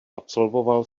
absolvoval